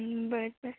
बरं बरं